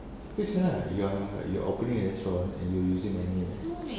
cause senang lah you are you're opening a restaurant and you are using my name eh